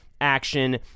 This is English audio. Action